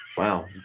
Wow